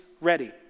ready